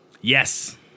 Yes